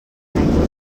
dependència